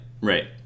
right